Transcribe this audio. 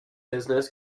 business